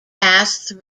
past